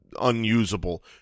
unusable